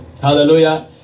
hallelujah